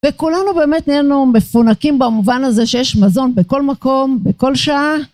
וכולנו באמת נהיינו מפונקים במובן הזה שיש מזון בכל מקום, בכל שעה.